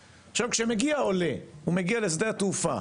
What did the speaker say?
עכשיו, כשמגיע עולה, הוא מגיע לשדה התעופה,